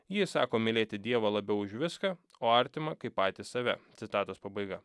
jis sako mylėti dievą labiau už viską o artimą kaip patys save citatos pabaiga